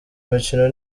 imikino